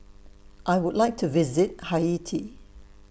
I Would like to visit Haiti